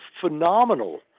phenomenal